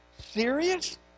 Serious